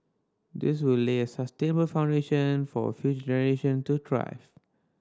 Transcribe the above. this will lay a sustainable foundation for future generation to thrive